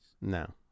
No